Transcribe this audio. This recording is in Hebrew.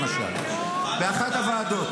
למשל באחת הוועדות,